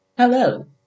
Hello